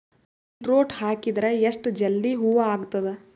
Beetroot ಹಾಕಿದರ ಎಷ್ಟ ಜಲ್ದಿ ಹೂವ ಆಗತದ?